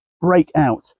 breakout